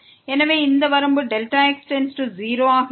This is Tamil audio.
எனவே இந்த வரம்பு Δx→0 ஆக இருக்கும்